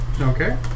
Okay